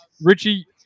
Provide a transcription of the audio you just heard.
Richie